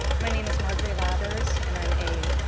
my name is marjorie lathers, and i am a,